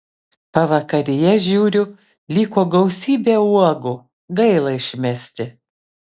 pavakaryje žiūriu liko gausybė uogų gaila išmesti